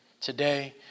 today